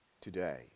today